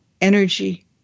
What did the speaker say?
energy